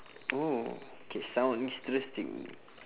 oh okay sound interesting